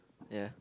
ya